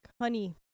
honey